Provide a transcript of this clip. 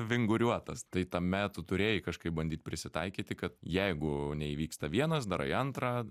vinguriuotas tai tame tu turėjai kažkaip bandyt prisitaikyti kad jeigu neįvyksta vienas darai antrą